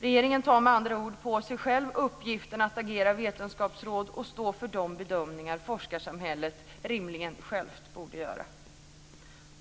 Regeringen tar med andra ord på sig uppgiften att själv agera vetenskapsråd och stå för de bedömningar som forskarsamhället rimligen självt borde göra.